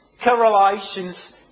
correlations